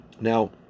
Now